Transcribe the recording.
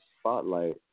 spotlight